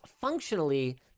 functionally